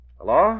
Hello